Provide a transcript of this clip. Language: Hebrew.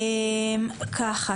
ככה.